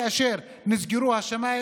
כאשר נסגרו השמיים,